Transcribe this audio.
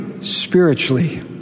spiritually